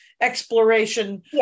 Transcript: exploration